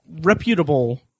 reputable